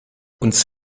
uns